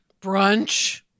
Brunch